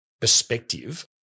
perspective